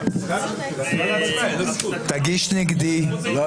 ונתחדשה בשעה 07:21.) אני מחדש את הדיון.